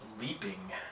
Leaping